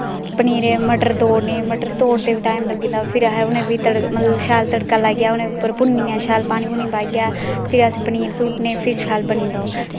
पनीरे गी मटर तोड़नें मटर तोड़दें बी टाईम लग्गी जंदा फ्ही उ'नें गी बी शैल तड़का लाइयै भुन्नियैं पानी पूनी पाइयै फिर अस पनीर सुट्टनें फिर शैल बनी जंदा ओह्